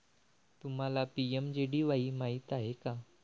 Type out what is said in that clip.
तुम्हाला पी.एम.जे.डी.वाई माहित आहे का?